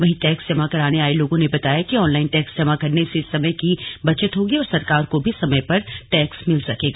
वहीं टैक्स जमा कराने आये लोगों ने बताया कि ऑनलाइन टैक्स जमा करने से समय की बचत होगी और सरकार को भी समय पर टैक्स मिल सकेगा